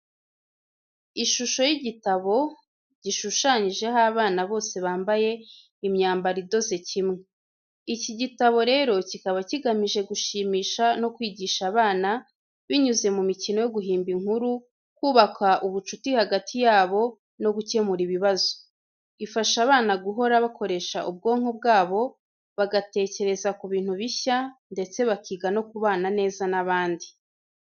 Ishusho y’igitabo, gishushanyijeho abana bose bambaye imyambaro idoze kimwe. Iki igitabo rero kikaba kigamije gushimisha no kwigisha abana binyuze mu mikino yo guhimba inkuru, kubaka ubucuti hagati yabo, no gukemura ibibazo. Ifasha abana guhora bakoresha ubwonko bwabo, bagatekereza ku bintu bishya ndetse bakiga no kubana neza n’abandi.